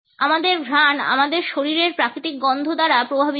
আমাদের ঘ্রাণ আমাদের শরীরের প্রাকৃতিক গন্ধ দ্বারা প্রভাবিত হয়